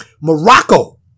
Morocco